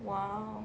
!wow!